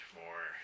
more